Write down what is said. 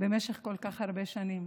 במשך כל כך הרבה שנים.